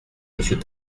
monsieur